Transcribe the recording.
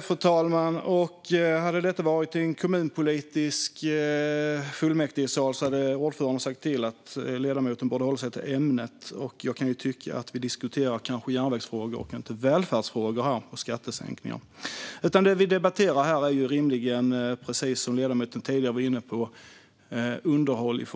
Fru talman! Hade detta varit en fullmäktigesal inom kommunpolitiken hade ordföranden sagt att ledamoten borde hålla sig till ämnet. Jag kan tycka att vi här diskuterar järnvägsfrågor och inte välfärdsfrågor och skattesänkningar. Det vi debatterar här är rimligen, precis som ledamoten tidigare var inne på, om underhåll